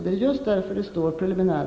Det är just därför det står